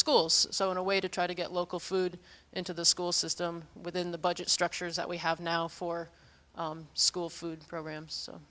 schools so in a way to try to get local food into the school system within the budget structures that we have now for school food programs